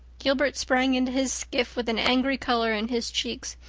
gilbert sprang into his skiff with an angry color in his cheeks.